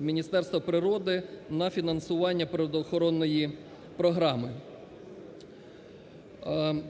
Міністерства природи на фінансування природоохоронної програми.